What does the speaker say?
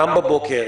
קם בבוקר,